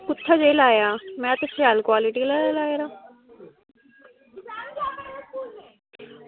कुत्थै जेही लाया में ते शैल क्वालिटी आह्ला लाए दा